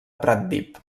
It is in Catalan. pratdip